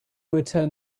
returned